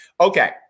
Okay